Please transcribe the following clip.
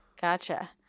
Gotcha